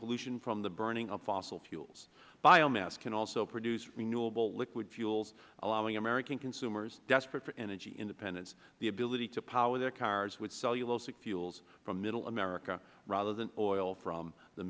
pollution from the burning of fossil fuels biomass can also produce renewable liquid fuels allowing american consumers desperate for energy independence the ability to power their cars with cellulosic fuels from middle america rather than oil from the